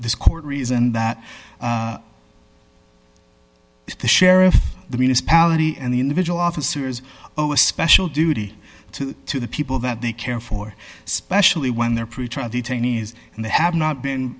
this court reasoned that the sheriff the municipality and the individual officers oh a special duty to to the people that they care for especially when they're pretrial detainees and they have not been